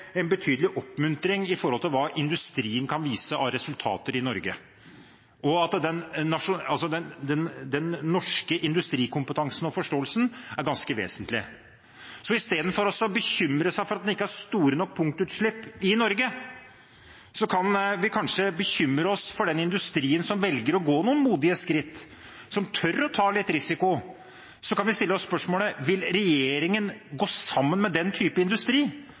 oppmuntring med hensyn til hva industrien kan vise fram av resultater i Norge, og viser at den norske industrikompetansen og forståelsen er ganske vesentlig. Så istedenfor å bekymre oss for at en ikke har store nok punktutslipp i Norge, kan vi kanskje bekymre oss for den industrien som velger å gå noen modige skritt, som tør å ta litt risiko. Så kan vi stille oss spørsmålet: Vil regjeringen gå sammen med den type industri